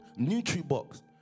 NutriBox